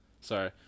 sorry